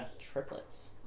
Triplets